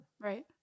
right